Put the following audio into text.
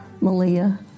Malia